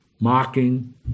mocking